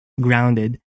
grounded